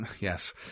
Yes